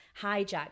Hijack